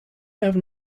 have